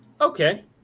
Okay